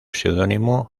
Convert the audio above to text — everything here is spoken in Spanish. seudónimo